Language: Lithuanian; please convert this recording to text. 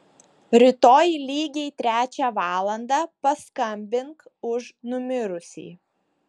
rytoj lygiai trečią valandą paskambink už numirusį